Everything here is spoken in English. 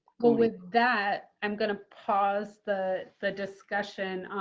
well, with that, i'm going to pause the the discussion,